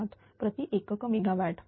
0097 प्रति एक क मेगा वाट